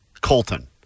Colton